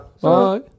Bye